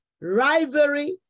rivalry